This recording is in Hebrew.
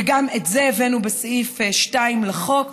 וגם את זה הבאנו בסעיף 2 לחוק.